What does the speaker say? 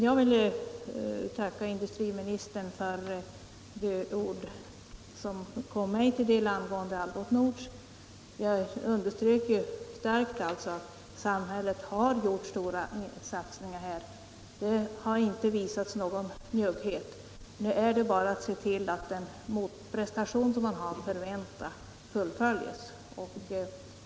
Jag vill tacka industriministern för de ord som kom mig till del angående Algots Nord. Jag underströk starkt att samhället här gjort stora insatser, det har inte visats någon njugghet. Nu är det bara att se till att företaget gör den motprestation som är att förvänta.